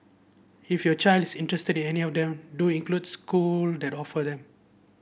if your child is interested in any of them do includes school that offer them